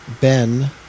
Ben